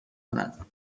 کند